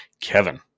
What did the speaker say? Kevin